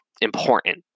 important